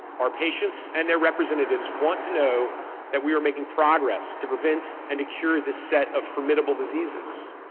our patients and their representatives want to know that we are making progress to prevent and to cure this set of formidable diseases.